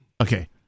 okay